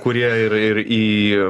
kurie ir ir į